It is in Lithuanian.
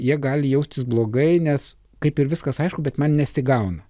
jie gali jaustis blogai nes kaip ir viskas aišku bet man nesigauna